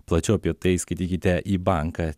plačiau apie tai skaitykite į banką